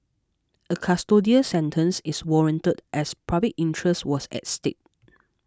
a custodial sentence is warranted as public interest was at stake